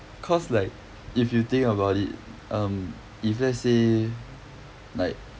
cause like if you think about it um if let's say like